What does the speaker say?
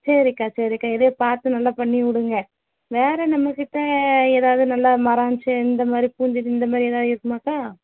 சரிக்கா சரிக்கா எதோ பார்த்து நல்லா பண்ணிவிடுங்க வேறு நம்மக்கிட்ட எதாவது நல்ல மரம் செ இந்தமாதிரி பூஞ்செடி இந்தமாதிரி எதாவது இருக்குமா அக்கா